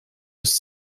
ist